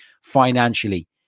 financially